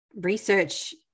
research